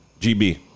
GB